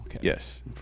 Yes